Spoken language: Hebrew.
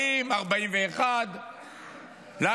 40, 41, למה?